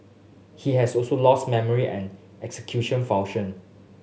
he has also lost memory and execution function